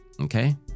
Okay